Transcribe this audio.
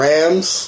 Rams